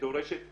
שדורשת מרדים,